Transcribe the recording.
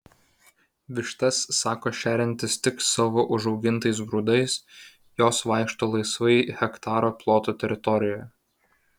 vištas sako šeriantis tik savo užaugintais grūdais jos vaikšto laisvai hektaro ploto teritorijoje